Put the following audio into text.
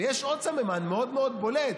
ויש עוד סממן מאוד מאוד בולט,